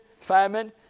famine